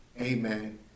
amen